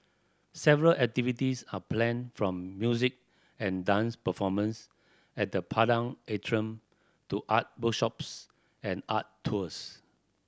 several activities are planned from music and dance performance at the Padang Atrium to art workshops and art tours